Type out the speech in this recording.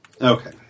Okay